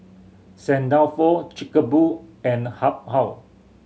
Saint Dalfour Chic a Boo and Habhal